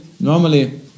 normally